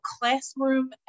classroom